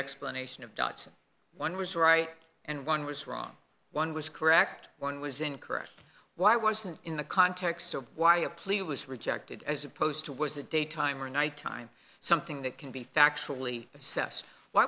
explanation of dots one was right and one was wrong one was correct one was incorrect why wasn't in the context of why a plea was rejected as opposed to was a daytime or nighttime something that can be factually assess wh